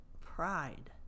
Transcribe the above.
pride